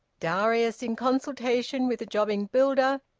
darius, in consultation with a jobbing builder,